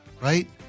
right